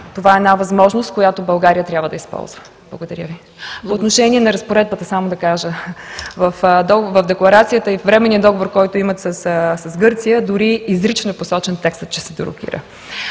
Това е една възможност, която България трябва да използва. По отношение на Разпоредбата само да кажа. В декларацията и временния договор, който имат с Гърция, дори изрично е посочен текстът, че се дерогира.